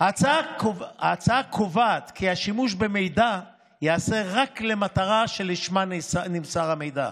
ההצעה קובעת כי השימוש במידע ייעשה רק למטרה שלשמה נמסר המידע.